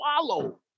swallow